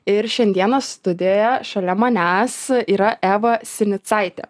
ir šiandieną studijoje šalia manęs yra eva sinicaitė